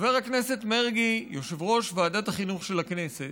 חבר הכנסת מרגי, יושב-ראש ועדת החינוך של הכנסת,